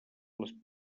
les